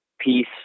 peace